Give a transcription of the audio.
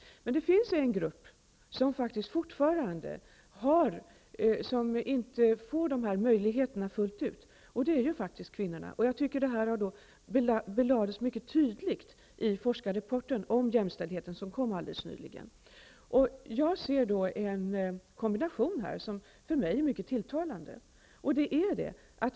Men det finns en grupp som fortfarande inte får dessa möjligheter fullt ut, nämligen kvinnorna. Detta belades mycket tydligt i forskarrapporten om jämställdhet, som kom alldeles nyligen. Jag ser en kombination här som för mig är mycket tilltalande.